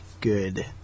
good